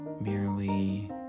merely